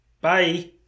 Bye